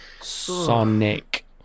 Sonic